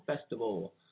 Festival